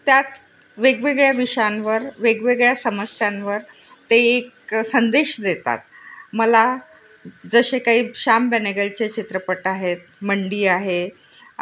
त्यात वेगवेगळ्या विषयांवर वेगवेगळ्या समस्यांवर ते एक संदेश देतात मला जसे काही श्याम बेनेगलचे चित्रपट आहेत मंडी आहे